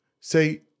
Say